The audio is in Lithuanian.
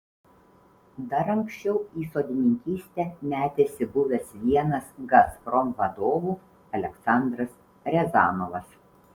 dar anksčiau į sodininkystę metėsi buvęs vienas gazprom vadovų aleksandras riazanovas